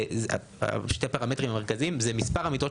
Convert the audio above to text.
שני הפרמטרים המרכזיים זה מספר המיטות